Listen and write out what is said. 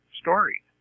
story